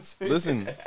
listen